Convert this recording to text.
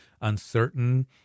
uncertain